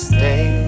Stay